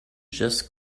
just